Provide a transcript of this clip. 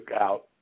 out